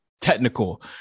Technical